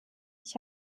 ich